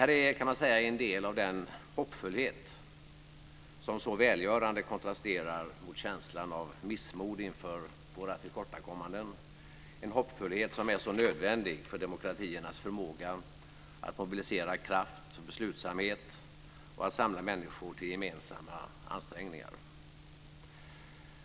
Man kan säga att detta är en del av den hoppfullhet som så välgörande kontrasterar mot känslan av missmod inför våra tillkortakommanden, en hoppfullhet som är så nödvändig för demokratiernas förmåga att mobilisera kraft och beslutsamhet och att samla människor till gemensamma ansträngningar.